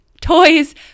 toys